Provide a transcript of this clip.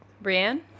Brienne